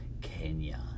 Kenya